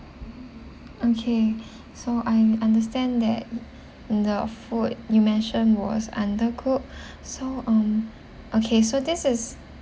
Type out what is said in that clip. okay so I understand that the food you mentioned was undercooked so um okay so this is